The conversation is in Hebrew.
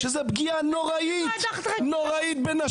שזו פגיעה נוראית בנשים,